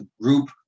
group